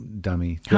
dummy